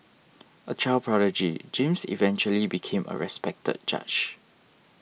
a child prodigy James eventually became a respected judge